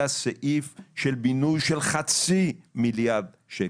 סעיף של בינוי של חצי מיליארד שקל.